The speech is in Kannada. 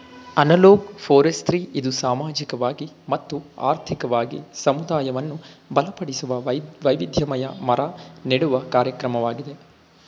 ಅನಲೋಗ್ ಫೋರೆಸ್ತ್ರಿ ಇದು ಸಾಮಾಜಿಕವಾಗಿ ಮತ್ತು ಆರ್ಥಿಕವಾಗಿ ಸಮುದಾಯವನ್ನು ಬಲಪಡಿಸುವ, ವೈವಿಧ್ಯಮಯ ಮರ ನೆಡುವ ಕಾರ್ಯಕ್ರಮವಾಗಿದೆ